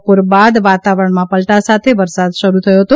બપોર બાદ વાતાવરણ માં પલટા સાથે વરસાદ શરૂ થયો હતો